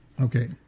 Okay